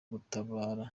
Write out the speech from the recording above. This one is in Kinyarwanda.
gutabara